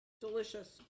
Delicious